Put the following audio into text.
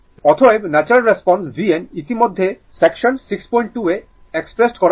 অতএব natural response vn ইতিমধ্যে section 62 এ এক্সপ্রেসেড করা হয়েছে